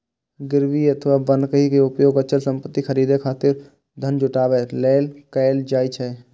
गिरवी अथवा बन्हकी के उपयोग अचल संपत्ति खरीदै खातिर धन जुटाबै लेल कैल जाइ छै